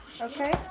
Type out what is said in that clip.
okay